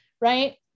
right